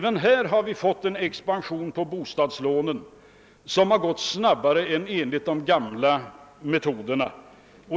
Vi har dessutom även i år fått en expansion i fråga om bostadslånen som har lämnats ut i snabbare takt än enligt de gamla metoderna.